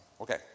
Okay